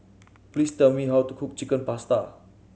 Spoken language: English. please tell me how to cook Chicken Pasta